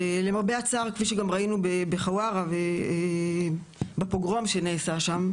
למרבה הצער כפי שכבר ראינו בחווארה ובפוגרום שנעשה שהם,